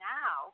now